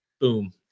Boom